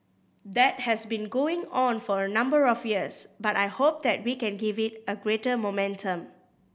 that has been going on for a number of years but I hope that we can give it a greater momentum